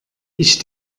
ich